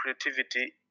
creativity